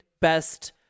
best